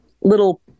little